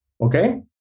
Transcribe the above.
Okay